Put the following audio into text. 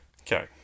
Okay